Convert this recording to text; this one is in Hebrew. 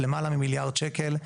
למעלה ממיליארד שקלים.